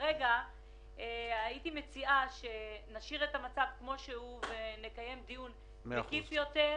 כרגע הייתי מציעה שנשאיר את המצב כפי שהוא ונקיים דיון מקיף יותר,